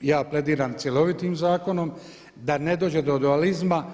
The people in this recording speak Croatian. ja plediram cjelovitim zakonom da ne dođe do dualizma.